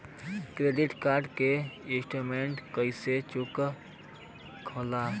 Credit card के statement कइसे check होला?